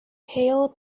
hail